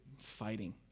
fighting